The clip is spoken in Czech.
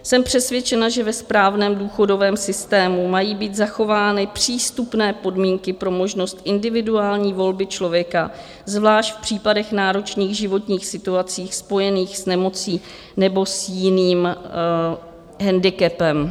Jsem přesvědčena, že ve správném důchodovém systému mají být zachovány přístupné podmínky pro možnost individuální volby člověka, zvlášť v případech náročných životních situací spojených s nemocí nebo s jiným hendikepem.